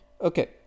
Okay